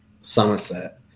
Somerset